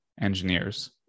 engineers